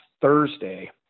Thursday